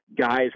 Guys